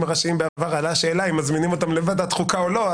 הראשיים בעבר עלתה שאלה אם מזמינים אותם לוועדת חוקה או לא.